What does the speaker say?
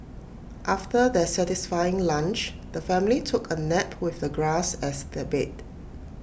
after their satisfying lunch the family took A nap with the grass as their bed